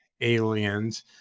aliens